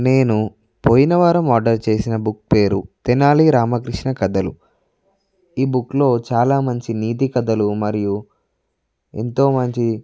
నేను పోయిన వారం ఆర్డర్ చేసిన బుక్ పేరు తెనాలి రామకృష్ణ కథలు ఈ బుక్లో చాలా మంచి నీతి కథలు మరియు ఎంతో మంచి